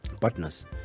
partners